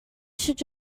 should